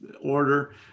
order